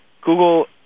Google